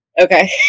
Okay